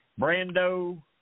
Brando